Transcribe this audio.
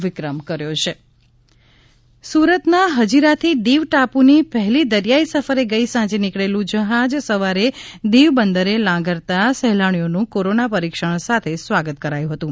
Diu Hazira cruise સુરતના હઝિરાથી દીવ ટાપુની પહેલી દરિયાઈ સફરે ગઈ સાંજે નીકળેલું જહાજ સવારે દીવ બંદરે લાંગરતા સહેલાણીઓનું કોરોના પરીક્ષણ સાથે સ્વાગત કરાયું હતું